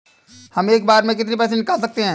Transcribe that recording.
हम एक बार में कितनी पैसे निकाल सकते हैं?